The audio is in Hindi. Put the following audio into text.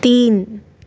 तीन